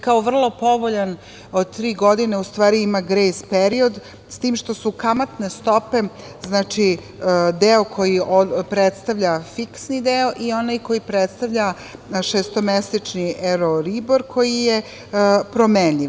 Kao vrlo povoljan, od tri godine, u stvari ima grejs period, s tim što su kamatne stope deo koji predstavlja fiksni deo i onaj koji predstavlja šestomesečni euribor koji je promenljiv.